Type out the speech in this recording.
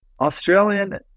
Australian